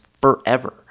forever